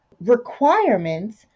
requirements